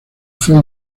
fue